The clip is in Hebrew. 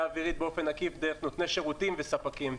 האווירית באופן עקיף דרך נותני שירותים וספקים.